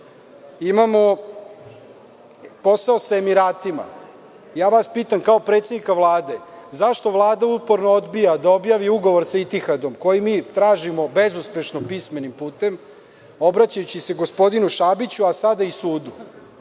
posao sa Emiratima. Pitam vas kao predsednika Vlade zašto Vlada uporno odbija da objavi ugovor sa „Etihadom“ koji mi tražimo bezuspešno pismenim putem obraćajući se gospodinu Šabiću, a sada i sudu.